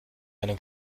einen